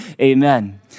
amen